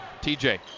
TJ